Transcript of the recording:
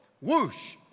Whoosh